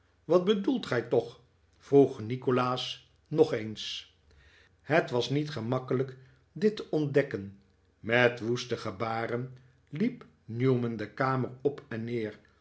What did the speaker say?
wat bedoelt gij toch vroeg nikolaas nog eens het was niet gemakkelijk dit te ontdekken met woeste gebaren liep newman de kamer op en neer